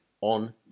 on